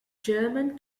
german